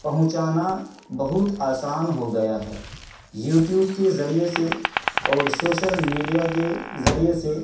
پہنچانا بہت آسان ہو گیا ہے یوٹیوب کے ذریعے سے اور سوشل میڈیا کے ذریعے سے